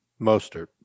Mostert